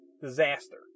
Disaster